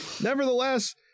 Nevertheless